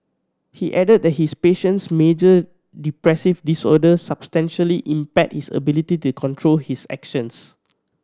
he added that his patient's major depressive disorder substantially impaired his ability to control his actions